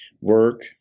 work